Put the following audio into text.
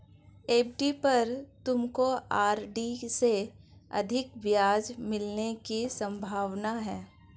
FD पर तुमको RD से अधिक ब्याज मिलने की संभावना है